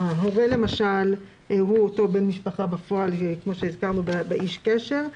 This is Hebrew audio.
הורה למשל הוא אותו בן משפחה בפועל כפי שהזכרנו ב"איש קשר".